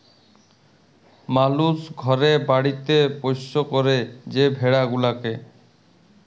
মালুস ঘরে বাড়িতে পৌষ্য ক্যরে যে ভেড়া গুলাকে